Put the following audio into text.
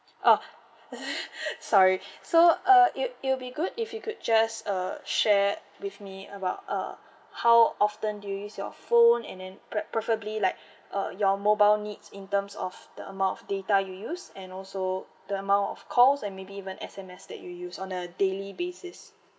orh sorry so uh it it will be good if you could just uh share with me about uh how often do you use your phone and then grab preferably like uh your mobile needs in terms of the amount of data you use and also the amount of calls and maybe even S_M_S that you use on a daily basis